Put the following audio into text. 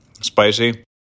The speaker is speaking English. Spicy